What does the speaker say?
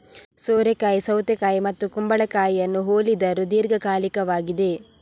ಸೋರೆಕಾಯಿ ಸೌತೆಕಾಯಿ ಮತ್ತು ಕುಂಬಳಕಾಯಿಯನ್ನು ಹೋಲಿದರೂ ದೀರ್ಘಕಾಲಿಕವಾಗಿದೆ